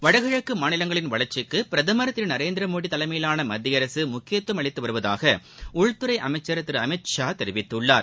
வடகிழக்கு மாநிலங்களின் வளர்ச்சிக்கு பிரதமர் திரு நரேந்திர மோடி தலைமையிலான மத்திய அரசு முக்கியத்துவம் அளித்து வருவதாக உள்துறை அமைச்சர் திரு அமித் ஷா தெரிவித்துள்ளார்